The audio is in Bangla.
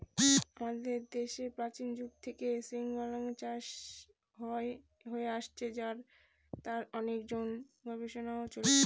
আমাদের দেশে প্রাচীন যুগ থেকে সিল্ক চাষ হয়ে আসছে আর তার জন্য অনেক গবেষণাও চলছে